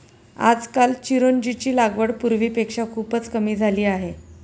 आजकाल चिरोंजीची लागवड पूर्वीपेक्षा खूपच कमी झाली आहे